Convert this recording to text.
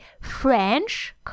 French